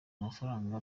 amafaranga